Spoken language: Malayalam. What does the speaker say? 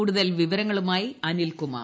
കൂടുതൽ വിവരങ്ങളുമായി അനിൽകുമാർ